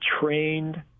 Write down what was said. trained